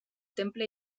temple